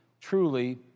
truly